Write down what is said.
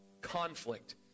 Conflict